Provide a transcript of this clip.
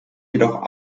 jedoch